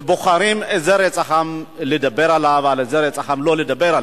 ובוחרים על איזה רצח עם לדבר ועל איזה רצח עם לא לדבר.